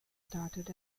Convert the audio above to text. started